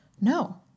No